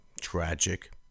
tragic